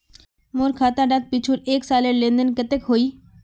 मोर खाता डात पिछुर एक सालेर लेन देन कतेक होइए?